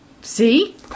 See